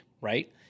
right